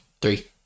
Three